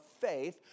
faith